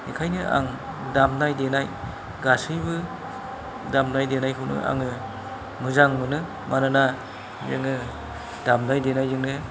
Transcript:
बेखायनो आं दामनाय देनाय गासैबो दामनाय देनायखौनो आङो मोजां मोनो मानोना जोङो दामनाय देनायजोंनो